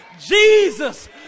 Jesus